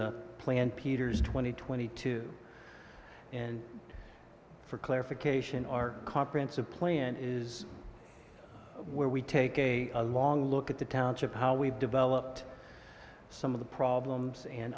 the plan peters twenty twenty two and for clarification our comprehensive plan is where we take a long look at the township how we developed some of the problems and